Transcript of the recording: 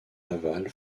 aval